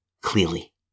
clearly